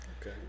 Okay